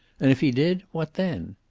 and if he did, what then?